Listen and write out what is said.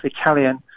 Italian